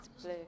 Blue